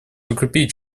укрепить